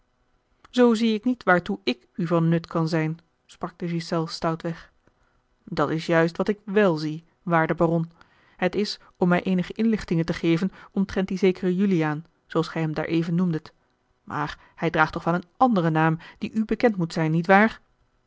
zoo zie ik niet waartoe ik u van nut kan zijn sprak de ghiselles stoutweg dat is juist wat ik wèl zie waarde baron het is om mij eenige inlichtingen te geven omtrent dien zekeren juliaan zooals gij hem daàreven noemdet maar hij draagt toch wel een anderen naam die u bekend moet zijn niet waar